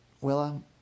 Willa